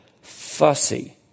fussy